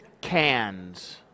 cans